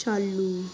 चालू